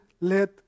let